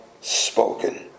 spoken